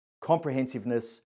comprehensiveness